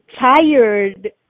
tired